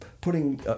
putting